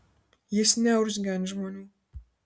jis neurzgia ant žmonių